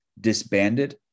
disbanded